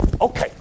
Okay